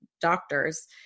doctors